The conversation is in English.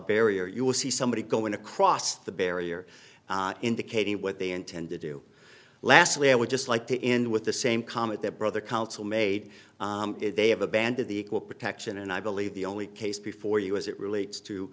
barrier you will see somebody going across the barrier indicating what they intend to do leslie i would just like to end with the same comment that brother council made they have abandoned the equal protection and i believe the only case before you as it relates to